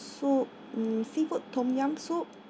soup mm seafood tom yum soup